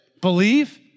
Believe